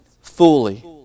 fully